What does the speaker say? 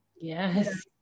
Yes